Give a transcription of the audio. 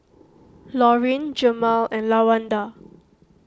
Laurene Jemal and Lawanda